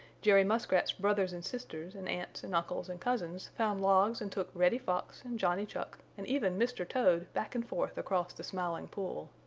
jerry muskrat's brothers and sisters and aunts and uncles and cousins found logs and took reddy fox and johnny chuck and even mr. toad back and forth across the smiling pool.